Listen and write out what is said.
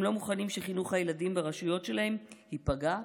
הם לא מוכנים שחינוך הילדים ברשויות שלהם ייפגע,